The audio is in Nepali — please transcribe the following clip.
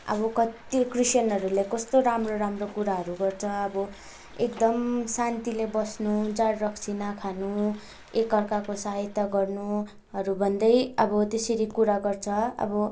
अब कत्ति क्रिस्तानहरूले कस्तो राम्रो राम्रो कुराहरू गर्छ अब एकदम शान्तिले बस्नु जाँड रक्सी नाखानु एक अर्काको सहायता गर्नुहरू भन्दै अब त्यसरी कुरा गर्छ अब